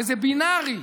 וזה בינארי,